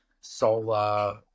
solar